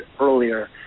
earlier